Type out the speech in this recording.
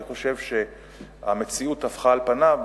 אני חושב שהמציאות טפחה על פניו,